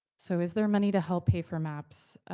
so is there money to help pay for maps?